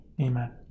Amen